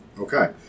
Okay